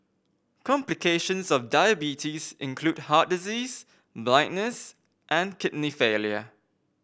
complications of diabetes include heart disease blindness and kidney failure